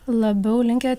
labiau linkę